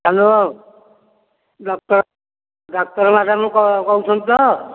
hello doctor ଡାକ୍ତର madam କହୁଛନ୍ତି ତ